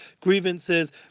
grievances